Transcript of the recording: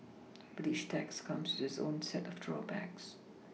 but each tax comes with its own set of drawbacks